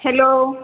hello